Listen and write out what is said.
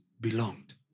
belonged